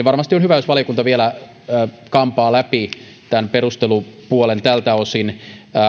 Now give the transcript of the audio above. varmasti on hyvä jos valiokunta vielä kampaa läpi tämän perustelupuolen tältä osin